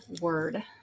word